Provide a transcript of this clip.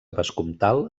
vescomtal